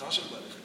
בעלי חיים.